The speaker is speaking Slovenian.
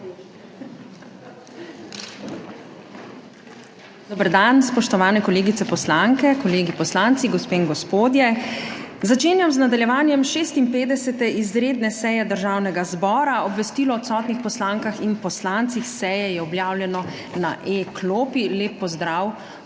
Dober dan, spoštovane kolegice poslanke, kolegi poslanci, gospe in gospodje! Začenjam z nadaljevanjem 56. izredne seje Državnega zbora. Obvestilo o odsotnih poslankah in poslancih seje je objavljeno na e-klopi. Lep pozdrav